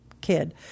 Kid